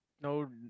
no